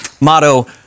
Motto